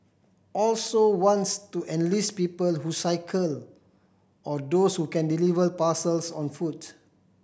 also wants to enlist people who cycle or those who can deliver parcels on foot